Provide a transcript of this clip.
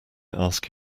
ask